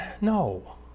No